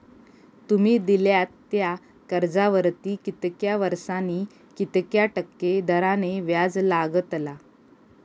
तुमि दिल्यात त्या कर्जावरती कितक्या वर्सानी कितक्या टक्के दराने व्याज लागतला?